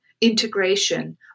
integration